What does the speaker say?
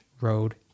road